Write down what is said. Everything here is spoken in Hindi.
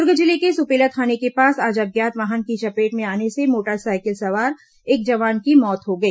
दुर्ग जिले के सुपेला थाने के पास आज अज्ञात वाहन की चपेट में आने से मोटरसाइकिल सवार एक जवान की मौत हो गई